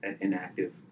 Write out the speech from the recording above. inactive